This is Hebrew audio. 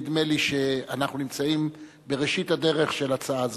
נדמה לי שאנחנו נמצאים בראשית הדרך של הצעה זו.